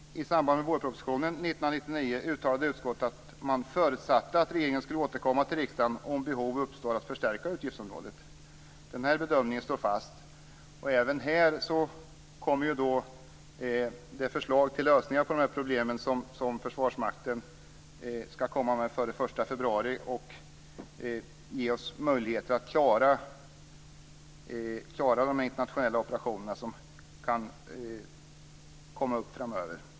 I samband med vårpropositionen 1999 uttalade utskottet att man förutsatte att regeringen skulle återkomma till riksdagen om behov uppstod att förstärka utgiftsområdet. Den här bedömningen står fast. Även här ska Försvarsmakten komma med förslag till lösningar på de här problemen före den 1 februari så att vi får möjligheter att klara de internationella operationer som kan bli aktuella framöver.